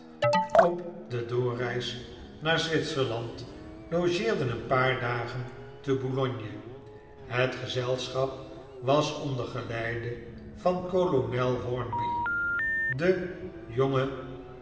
op de doorreis naar zwitserland logeerden een paar dagen te boulogne het gezelschap was onder geleide van kolonel hornby den jongen